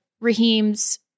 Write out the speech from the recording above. Raheem's